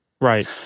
Right